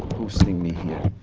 hosting me here.